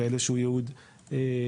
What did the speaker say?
כאלה שהוא ייעוד משרדים,